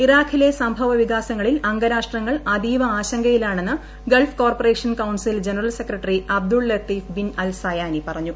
ഇറാഖിലെ സംഭവവികാസങ്ങളിൽ അംഗരാഷ്ട്രങ്ങൾ അതീവ ആശങ്കയിലാണെന്ന് Gulf corporation council general secretary Abdullatif bin Al Zayani പറഞ്ഞു